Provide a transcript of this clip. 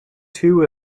two